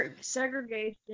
Segregation